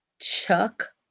Chuck